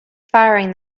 firing